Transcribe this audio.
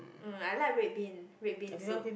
um I like red bean red bean soup